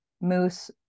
moose